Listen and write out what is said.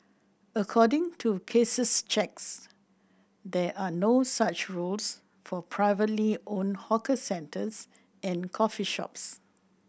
according to Case's checks there are no such rules for privately owned hawker centres and coffee shops